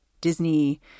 Disney